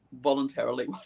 voluntarily